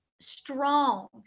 strong